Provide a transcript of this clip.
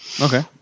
Okay